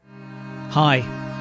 Hi